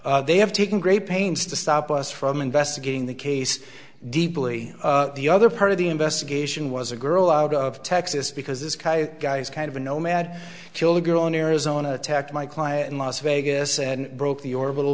discovery they have taken great pains to stop us from investigating the case deeply the other part of the investigation was a girl out of texas because this guy's kind of a nomad killed a girl in arizona attacked my client in las vegas and broke the orbital